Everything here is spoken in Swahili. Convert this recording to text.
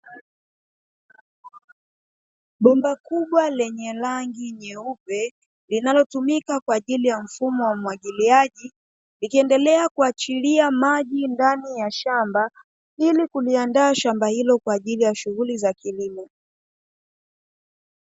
Bomba kubwa lenye rangi nyeupe linalotumika kwa ajili ya mfumo wa umwagiliaji likiendelea kuachilia maji ndani ya shamba ili kuliandaa shamba ilo kwa ajili ya shughuli za kilimo.